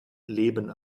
leben